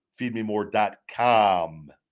FeedMeMore.com